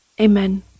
Amen